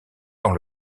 dans